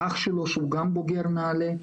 אח שלו שהוא גם בוגר "נעל"ה",